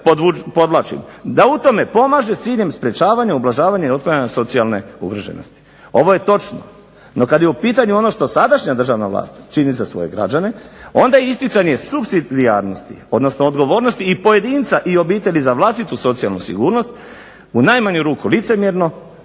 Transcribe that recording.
da u tome pomaže s ciljem sprječavanja i ublažavanja i otklanjanja socijalne ugroženosti. Ovo je točno. No kad je u pitanju ono što sadašnja državna vlast čini za svoje građane, onda isticanje supsidijarnosti, odnosno odgovornosti i pojedinca i obitelji za vlastitu socijalnu sigurnost, u najmanju ruku licemjerno